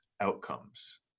outcomes